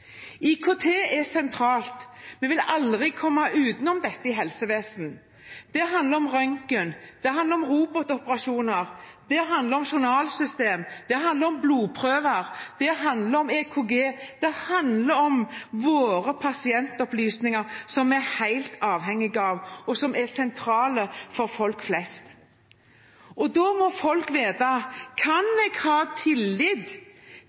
IKT står sentralt. Vi vil aldri komme utenom dette i helsevesenet. Det handler om røntgen. Det handler om robotoperasjoner. Det handler om journalsystem. Det handler om blodprøver. Det handler om EKG. Det handler om våre pasientopplysninger, som vi er helt avhengige av, og som er sentrale for folk flest. Da må folk vite: Kan jeg ha tillit